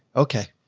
okay.